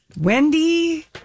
Wendy